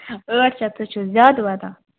ٲٹھ شیٚتھ حظ چھُ زیادٕ واتان